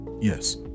yes